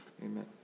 Amen